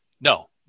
No